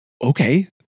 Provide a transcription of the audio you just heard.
okay